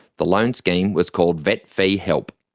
the loan scheme was called vet fee-help.